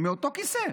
מאותו כיסא.